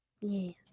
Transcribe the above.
Yes